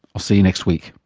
i'll see you next week